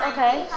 Okay